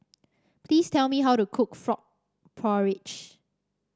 please tell me how to cook Frog Porridge